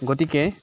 গতিকে